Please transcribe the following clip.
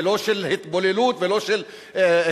ולא של התבוללות ולא של התמוססות.